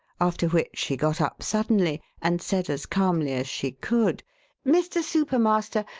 after which she got up suddenly, and said as calmly as she could mr. super master,